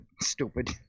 Stupid